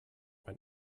mein